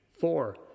Four